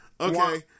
Okay